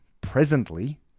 presently